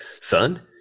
son